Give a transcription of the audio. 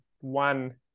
one